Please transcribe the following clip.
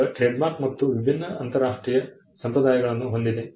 ಈಗ ಟ್ರೇಡ್ಮಾರ್ಕ್ ಮತ್ತೆ ವಿಭಿನ್ನ ಅಂತರರಾಷ್ಟ್ರೀಯ ಸಂಪ್ರದಾಯಗಳನ್ನು ಹೊಂದಿದೆ